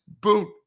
boot